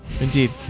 indeed